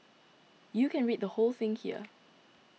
you can read the whole thing here